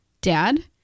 dad